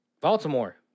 Baltimore